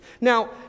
Now